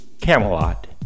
Camelot